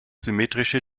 symmetrische